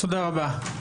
תודה רבה.